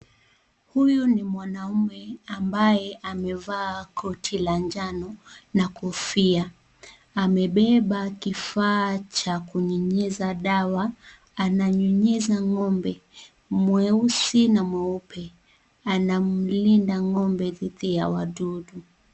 Huyu ni mwanaume ambaye amevaa koti la njano na kofia amebeba kifaa cha kunyunyiza dawa. Ananyunyiza ng'ombe mweusi na mweupe anamlinda ng'ombe dhidi ya wadudu.